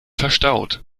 verstaut